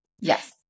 Yes